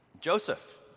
Joseph